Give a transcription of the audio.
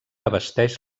abasteix